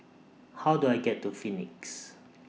How Do I get to Phoenix